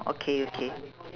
okay okay